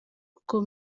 kuko